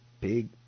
Big